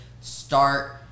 start